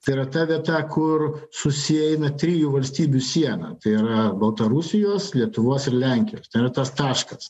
tai yra ta vieta kur susieina trijų valstybių siena tai yra baltarusijos lietuvos ir lenkijos tai yra tas taškas